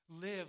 live